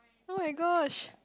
oh my gosh